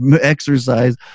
exercise